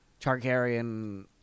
Targaryen